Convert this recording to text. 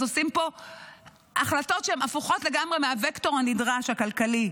עושים פה החלטות שהם הפוכות לגמרי מהווקטור הנדרש הכלכלי.